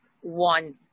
one